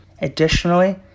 Additionally